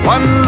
One